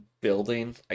building